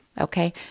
Okay